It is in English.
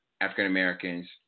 African-Americans